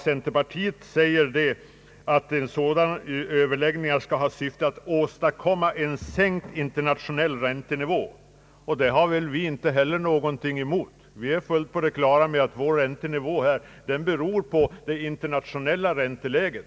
Centerpartiet anser att sådana överläggningar skall ha till syfte att åstadkomma en sänkt internationell räntenivå, och det har inte vi någonting emot. Vi är fullt på det klara med att vår räntenivå är beroende av det internationella ränteläget.